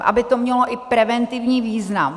Aby to mělo i preventivní význam.